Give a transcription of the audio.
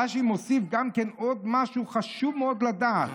רש"י מוסיף עוד משהו שחשוב מאוד לדעת.